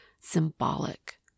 symbolic